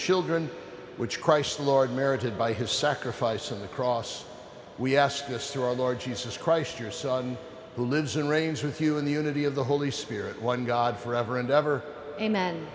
children which christ lord merited by his sacrifice on the cross we ask this through our lord jesus christ your son who lives and reigns with you in the unity of the holy spirit one god forever and ever a